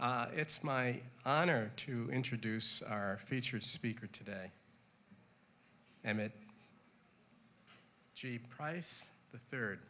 it's my honor to introduce our featured speaker today and it cheap price the third